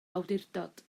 awdurdod